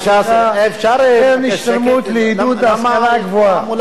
"קרן השתלמות לעידוד ההשכלה הגבוהה".